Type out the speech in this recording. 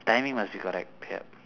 timing must be correct yup